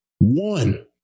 one